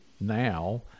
now